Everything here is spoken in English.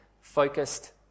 focused